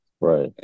right